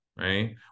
right